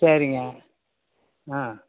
சரிங்க ஆ